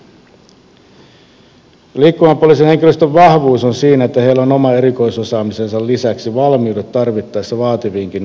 liikkuvan poliisin henkilöstön vahvuus on siinä että heillä on oman erikoisosaamisensa lisäksi valmiudet tarvittaessa vaativiinkin poliisitehtäviin